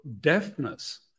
deafness